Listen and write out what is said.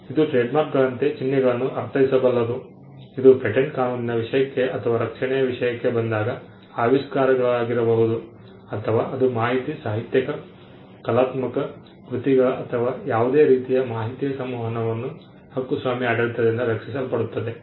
ಇದು ಟ್ರೇಡ್ಮಾರ್ಕ್ಗಳಂತೆ ಚಿಹ್ನೆಗಳನ್ನು ಅರ್ಥೈಸಬಲ್ಲದು ಇದು ಪೇಟೆಂಟ್ ಕಾನೂನಿನ ವಿಷಯಕ್ಕೆ ಅಥವಾ ರಕ್ಷಣೆಯ ವಿಷಯಕ್ಕೆ ಬಂದಾಗ ಆವಿಷ್ಕಾರಗಳಾಗಿರಬಹುದು ಅಥವಾ ಅದು ಮಾಹಿತಿ ಸಾಹಿತ್ಯಿಕ ಕಲಾತ್ಮಕ ಕೃತಿಗಳು ಅಥವಾ ಯಾವುದೇ ರೀತಿಯ ಮಾಹಿತಿಯ ಸಂವಹನವನ್ನು ಹಕ್ಕುಸ್ವಾಮ್ಯ ಆಡಳಿತದಿಂದ ರಕ್ಷಿಸಲ್ಪಡುತ್ತದೆ